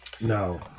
No